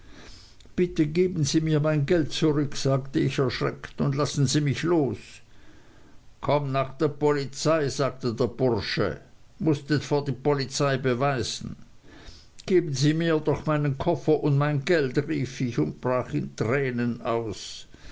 bitte geben sie mir mein geld zurück sagte ich erschreckt und lassen sie mich los komm nach de polizei sagte der bursche mußt et vor die polizei beweisen geben sie mir doch meinen koffer und mein geld rief ich und brach in tränen aus